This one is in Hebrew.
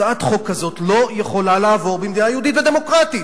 הצעת חוק כזאת לא יכולה לעבור במדינה יהודית ודמוקרטית.